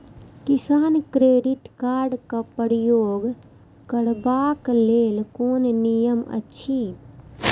किसान credit card क प्रयोग करबाक लेल कोन नियम अछि?